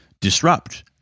disrupt